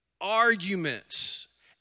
arguments